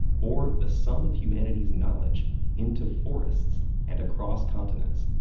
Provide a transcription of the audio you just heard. or the sum of humanity's knowledge into forests and across continents.